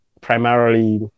primarily